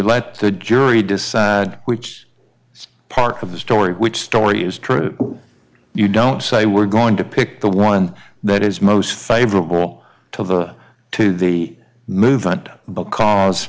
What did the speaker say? let the jury decide which parts of the story which story is true you don't say we're going to pick the one that is most favorable to the to the movement because